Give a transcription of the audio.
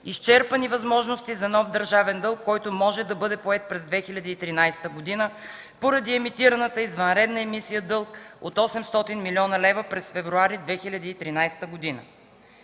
изчерпани възможности за нов държавен дълг, който може да бъде поет през 2013 г. поради емитираната извънредна емисия дълг от 800 млн. лв. през февруари 2013 г.